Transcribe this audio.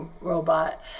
robot